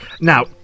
now